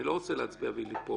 אני לא רוצה להצביע וליפול.